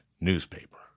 newspaper